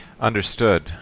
Understood